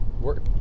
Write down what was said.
work